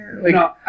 No